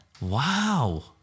Wow